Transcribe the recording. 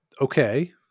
okay